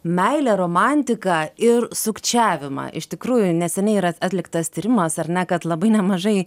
meilę romantiką ir sukčiavimą iš tikrųjų neseniai yra atliktas tyrimas ar ne kad labai nemažai